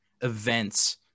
events